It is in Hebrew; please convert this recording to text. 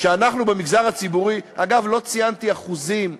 כשאנחנו במגזר הציבורי, אגב, לא ציינתי אחוזים,